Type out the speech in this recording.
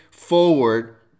forward